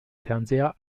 fernseher